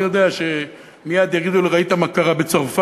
אני יודע שמייד יגידו לי: ראית מה קרה בצרפת?